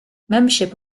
membership